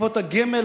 קופות הגמל,